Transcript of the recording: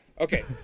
Okay